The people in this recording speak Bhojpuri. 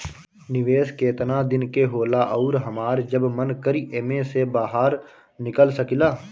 निवेस केतना दिन के होला अउर हमार जब मन करि एमे से बहार निकल सकिला?